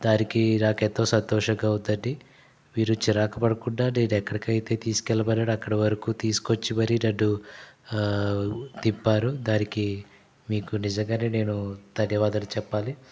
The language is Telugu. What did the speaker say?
దానికి నాకెంతో సంతోషంగా ఉందండీ మీరు చిరాకు పడకుండా నేనెక్కడికైతే తీసుకెళ్ళమన్నానో అక్కడ వరకు తీసుకొచ్చి మరీ నన్ను తిప్పారు దానికి మీకు నిజంగానే నేను ధన్యవాదాలు చెప్పాలి